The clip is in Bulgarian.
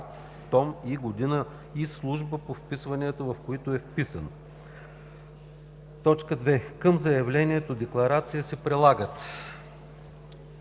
том и година и служба по вписванията, в която е вписан; 2. към заявление-декларацията се прилагат: